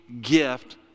gift